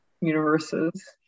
universes